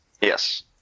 Yes